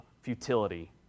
futility